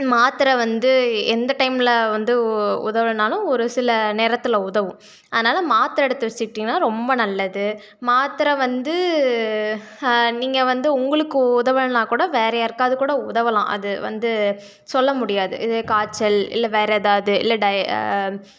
மாத்தரை வந்து எந்த டைமில் வந்து உ உதவலைனாலும் ஒரு சில நேரத்தில் உதவும் அதனாலே மாத்தரை எடுத்து வச்சுக்கிட்டிங்கன்னா ரொம்ப நல்லது மாத்தரை வந்து நீங்கள் வந்து உங்களுக்கு உதவல்லைனாக்கூட வேறு யாருக்காவது கூட உதவலாம் அது வந்து சொல்ல முடியாது இதே காய்ச்சல் இல்லை வேறு ஏதாவது இல்லை டை